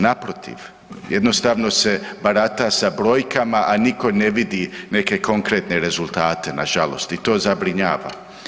Naprotiv, jednostavno se barata sa brojkama a nitko ne vidi neke konkretne rezultate na žalost i to zabrinjava.